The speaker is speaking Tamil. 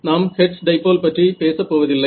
நாம் ஹெர்ட்ஸ் டைபோல் பற்றி பேசப்போவதில்லை